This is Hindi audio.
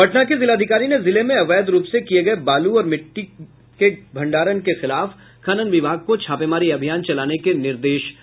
पटना के जिलाधिकारी ने जिले में अवैध रूप से किये गये बालू और गिट्टी के भंडारण के खिलाफ खनन विभाग को छापेमारी अभियान चलाने के निर्देश दिये है